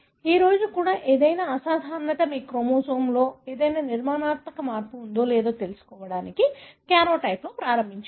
ఈ రోజు కూడా ఏదైనా అసాధారణత మీరు క్రోమోజోమ్లో ఏదైనా నిర్మాణాత్మక మార్పు ఉందో లేదో తెలుసుకోవడానికి కార్యోటైప్తో ప్రారంభించండి